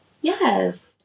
yes